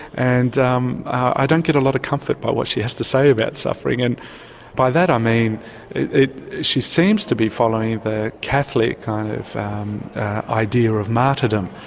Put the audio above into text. and um i don't get a lot of comfort by what she has to say about suffering. and by that i mean she seems to be following the catholic kind of idea of martyrdom.